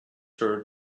her